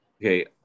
Okay